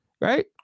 right